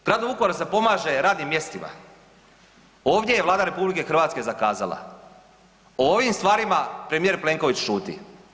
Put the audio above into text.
Gradu Vukovaru se pomaže radnim mjestima, ovdje je Vlada RH zakazala, o ovim stvarima premijer Plenković šuti.